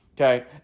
Okay